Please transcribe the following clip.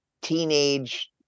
teenage